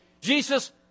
Jesus